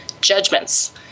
judgments